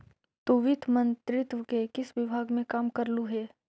तु वित्त मंत्रित्व के किस विभाग में काम करलु हे?